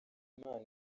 imana